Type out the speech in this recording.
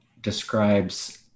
describes